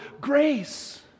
grace